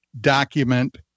document